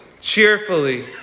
cheerfully